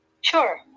Sure